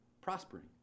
prospering